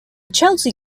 chelsea